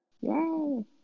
yay